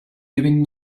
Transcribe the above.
giving